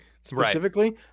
specifically